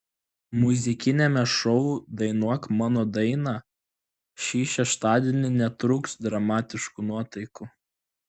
muzikiniame šou dainuok mano dainą šį šeštadienį netrūks dramatiškų nuotaikų